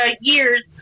year's